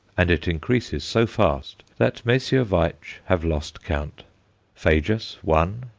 and it increases so fast, that messrs. veitch have lost count phajus one,